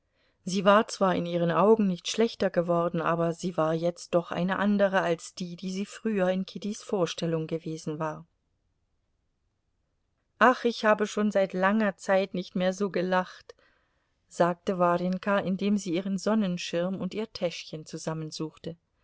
sie war zwar in ihren augen nicht schlechter geworden aber sie war jetzt doch eine andere als die die sie früher in kittys vorstellung gewesen war ach ich habe schon seit langer zeit nicht mehr so gelacht sagte warjenka indem sie ihren sonnenschirm und ihr täschchen zusammensuchte